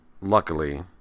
luckily